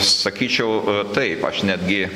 sakyčiau taip aš netgi